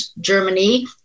Germany